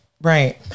Right